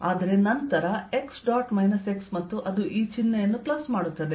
ಆದರೆ ನಂತರ x dot x ಮತ್ತು ಅದು ಈ ಚಿಹ್ನೆಯನ್ನು ಪ್ಲಸ್ ಮಾಡುತ್ತದೆ